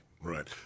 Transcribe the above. right